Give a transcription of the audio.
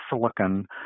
silicon